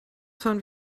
fahren